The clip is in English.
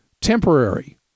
temporary